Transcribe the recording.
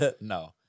No